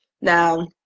Now